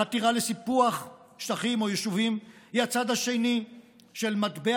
החתירה לסיפוח שטחים או יישובים היא הצד השני של מטבע